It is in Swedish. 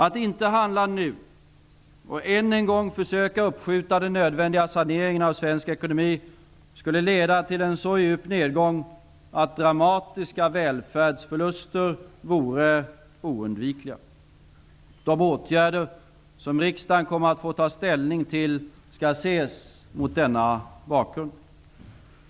Att inte handla nu och än en gång försöka uppskjuta den nödvändiga saneringen av svensk ekonomi skulle leda till en så djup nedgång att dramatiska välfärdsförluster vore oundvikliga. De åtgärder som riksdagen kommer att få ta ställning till skall ses mot denna bakgrund.